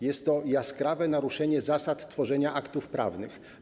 Jest to jaskrawe naruszenie zasad tworzenia aktów prawnych.